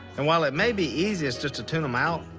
and while it may be easiest just to tune them out,